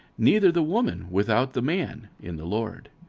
neither the woman without the man, in the lord.